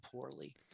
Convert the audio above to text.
poorly